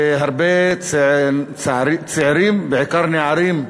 והרבה צעירים, בעיקר נערים,